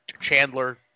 Chandler